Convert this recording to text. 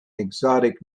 exotic